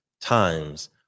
times